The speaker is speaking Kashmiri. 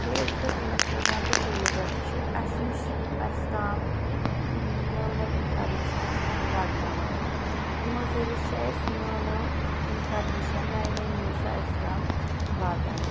فیس بُک انسٹاگرام تہٕ ٹویٖٹر چھِ اسہِ نِش اسہِ تام نٔوۍ نٔوۍ انفارمیشن واتناوان یِمو ذٔریعہِ چھِ اسہِ نٔوۍ نٔوۍ انفارمیشن نیہِ نیہِ نیوزٕ اسہِ تام واتان